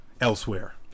elsewhere